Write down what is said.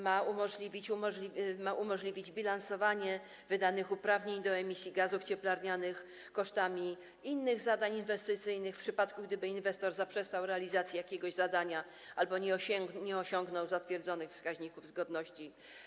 Ma to umożliwić bilansowanie wydanych uprawnień do emisji gazów cieplarnianych kosztami innych zadań inwestycyjnych, w przypadku gdyby inwestor zaprzestał realizacji jakiegoś zadania albo nie osiągnął zatwierdzonych wskaźników zgodności.